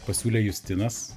pasiūlė justinas